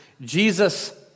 Jesus